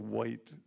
white